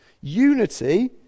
Unity